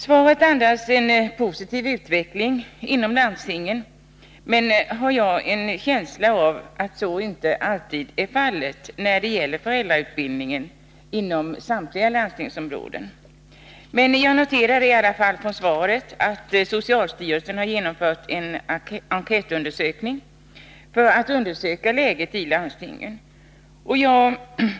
Svaret antyder en positiv utveckling inom landstingen när det gäller föräldrautbildningen, men jag har en känsla av att så inte är fallet inom samtliga landstingsområden. Jag noterar att socialstyrelsen har genomfört en enkätundersökning av läget i landstingen.